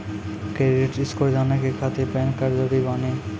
Credit score जाने के खातिर पैन कार्ड जरूरी बानी?